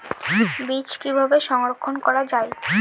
বীজ কিভাবে সংরক্ষণ করা যায়?